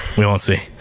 we won't see.